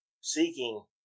seeking